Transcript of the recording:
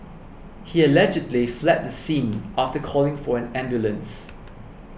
he allegedly fled the scene after calling for an ambulance